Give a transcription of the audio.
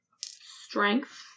Strength